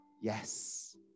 yes